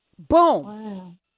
Boom